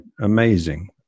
amazing